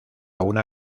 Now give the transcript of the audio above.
una